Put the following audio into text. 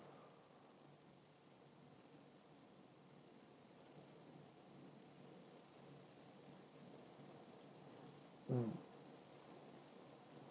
mm